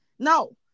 No